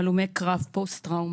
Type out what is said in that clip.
הלומי קרב ופוסט-טראומה.